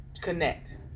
connect